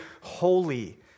holy